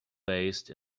based